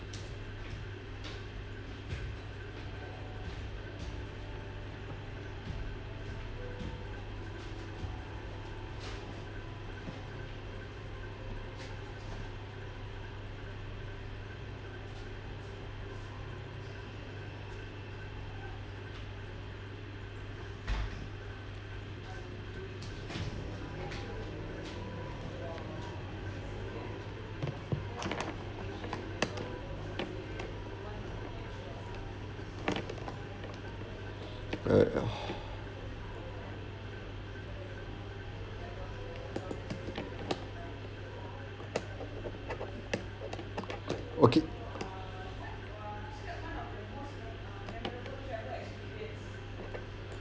okay